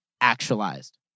actualized